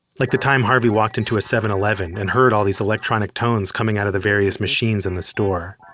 like the time harvey walked into a seven eleven and heard all these electronic tones coming out of the various machines in the store.